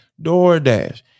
doordash